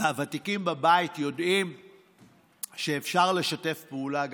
הוותיקים בבית יודעים שאפשר לשתף פעולה,